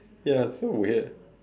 ya so weird